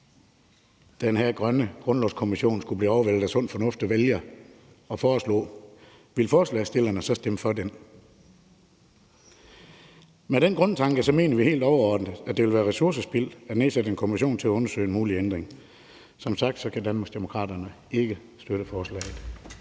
som den her grønne grundlovskommission skulle foreslå efter at være blevet overvældet af sund fornuft, ville forslagsstillerne så stemme for den? Ud fra den grundtanke mener vi helt overordnet, at det ville være ressourcespild at nedsætte en kommission til at undersøge en mulig ændring. Som sagt kan Danmarksdemokraterne ikke støtte forslaget.